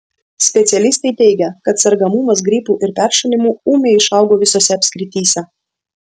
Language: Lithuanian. specialistai teigia kad sergamumas gripu ir peršalimu ūmiai išaugo visose apskrityse